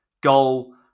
goal